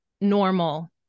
normal